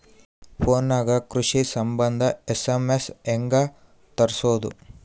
Phone ನಾಗೆ ಕೃಷಿ ಸಂಬಂಧ ಎಸ್.ಎಮ್.ಎಸ್ ಹೆಂಗ ತರಸೊದ?